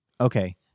okay